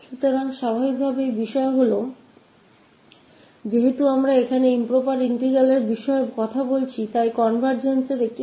तो स्वाभाविक रूप से मुद्दा यह है कि चूंकि हम यहां इस इम्प्रॉपर इंटीग्रल की बात कर रहे हैं इसलिए convergence का मुद्दा है